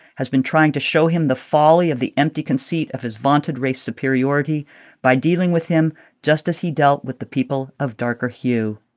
has been trying to show him the folly of the empty conceit of his vaunted race superiority by dealing with him just as he dealt with the people of darker hue.